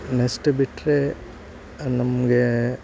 next ಬಿಟ್ಟರೆ ನಮಗೆ